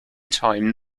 time